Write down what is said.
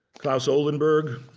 claes oldenburg.